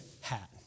hat